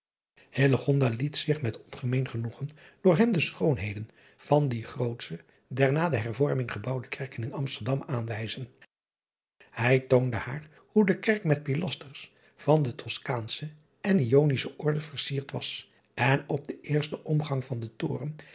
liet zich met ongemeen genoegen door hem de schoonheden van die grootste der na de hervorming gebouwde kerken in msterdam aanwijzen ij toonde haar hoe de kerk met pilasters van de oskaansche en onische orde verfierd was en op den eersten omgang van den toren